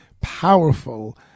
powerful